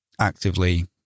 actively